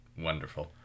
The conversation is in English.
wonderful